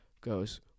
goes